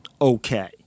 okay